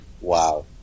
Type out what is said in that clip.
Wow